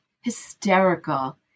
hysterical